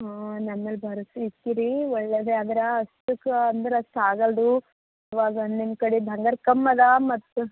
ಹಾಂ ನನ್ನಲ್ಲಿ ಭರವಸೆ ಇಟ್ಟೀರಿ ಒಳ್ಳೆಯದೇ ಆದ್ರೆ ಅಷ್ಟಕ್ಕೆ ಅಂದ್ರೆ ಅಷ್ಟು ಆಗಲ್ದು ಇವಾಗ ನಿಮ್ಮ ಕಡೆ ಬಂಗಾರ ಕಮ್ಮಿ ಅದಾ ಮತ್ತು